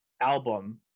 album